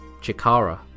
Chikara